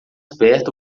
perto